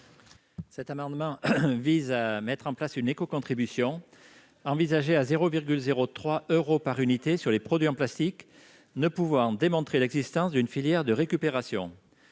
Cet amendement vise à mettre en place une écocontribution, envisagée à 0,03 euro par unité, sur les produits en plastique ne pouvant démontrer l'existence d'une filière de récupération.